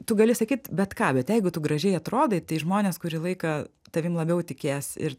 tu gali sakyt bet ką bet jeigu tu gražiai atrodai tai žmonės kurį laiką tavim labiau tikės ir